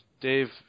Dave